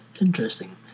interesting